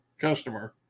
customer